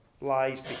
lies